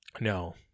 No